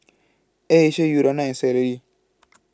Air Asia Urana and Sara Lee